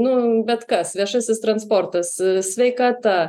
nu bet kas viešasis transportas sveikata